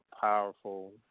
powerful